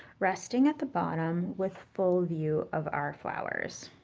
resting at the bottom, with full view of our flowers.